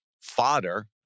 fodder